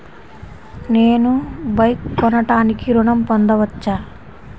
నేను బైక్ కొనటానికి ఋణం పొందవచ్చా?